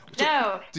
No